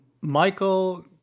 Michael